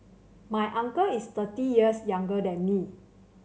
my uncle is thirty years younger than me